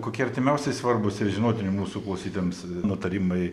kokie artimiausi svarbūs ir žinotini mūsų klausytojams nutarimai